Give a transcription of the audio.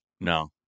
no